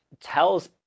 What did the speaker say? tells